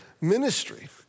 ministry